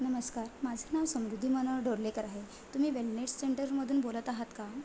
नमस्कार माझं नाव समृद्धी मनोहर डोर्लेकर आहे तुम्ही वेलनेस सेंटरमधून बोलत आहात का